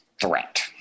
threat